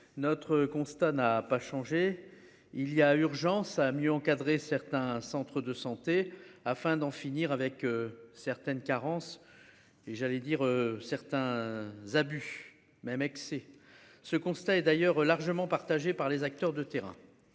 Notre constat n'a pas changé, il y a urgence à à mieux encadrer certains centres de santé afin d'en finir avec certaines carences et j'allais dire certains abus même excès. Ce constat est d'ailleurs largement partagée par les acteurs de terrain.